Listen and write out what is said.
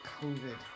COVID